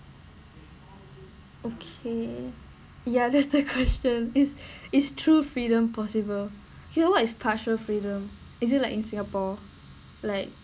okay ya that's the question is is true freedom possible here what is partial freedom is it like in singapore like